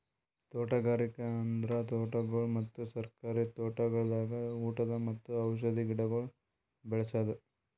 ತೋಟಗಾರಿಕೆ ಅಂದುರ್ ತೋಟಗೊಳ್ ಮತ್ತ ಸರ್ಕಾರಿ ತೋಟಗೊಳ್ದಾಗ್ ಉಟದ್ ಮತ್ತ ಔಷಧಿ ಗಿಡಗೊಳ್ ಬೇಳಸದ್